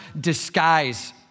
disguise